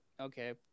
okay